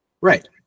right